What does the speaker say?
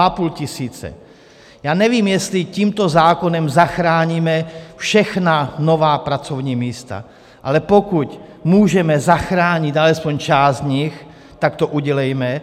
Já nevím, jestli tímto zákonem zachráníme všechna nová pracovní místa, ale pokud můžeme zachránit alespoň část z nich, tak to udělejme.